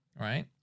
right